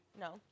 No